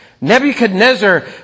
Nebuchadnezzar